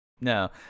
No